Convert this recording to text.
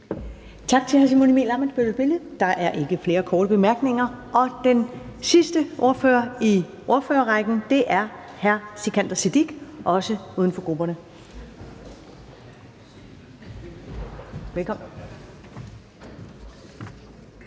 Tak til hr. Simon Emil Ammitzbøll-Bille. Der er ikke flere korte bemærkninger. Den sidste ordfører i ordførerrækken er hr. Sikandar Siddique, også uden for grupperne. Velkommen.